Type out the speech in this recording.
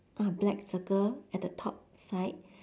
uh black circle at the top side